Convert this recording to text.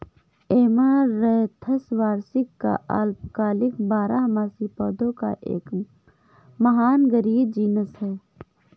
amaranthus वार्षिक या अल्पकालिक बारहमासी पौधों का एक महानगरीय जीनस है